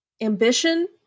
ambition